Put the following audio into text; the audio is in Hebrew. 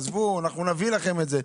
עזבו, אנחנו נביא לכם את זה.